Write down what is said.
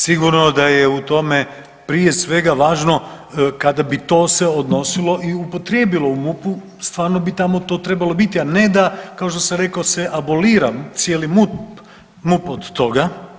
Sigurno da je u tome prije svega važno kada bi to se odnosilo i upotrijebilo u MUP-u stvarno bi to tamo trebali biti, a ne da kao što sam rekao abolira cijeli MUP od toga.